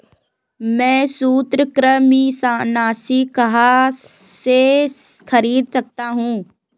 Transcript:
मैं सूत्रकृमिनाशी कहाँ से खरीद सकता हूँ?